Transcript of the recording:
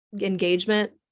engagement